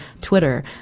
Twitter